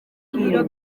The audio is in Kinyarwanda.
ibiro